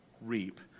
reap